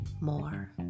more